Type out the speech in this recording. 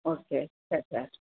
okay